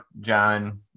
John